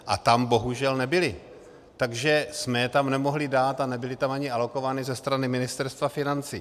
A tam bohužel nebyly, takže jsme je tam nemohli dát a nebyly tam ani alokovány ze strany Ministerstva financí.